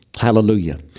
Hallelujah